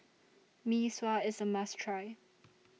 Mee Sua IS A must Try